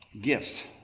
Gifts